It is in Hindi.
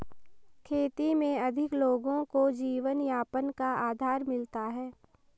खेती में अधिक लोगों को जीवनयापन का आधार मिलता है